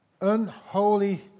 unholy